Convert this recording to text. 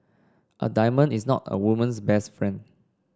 a diamond is not a woman's best friend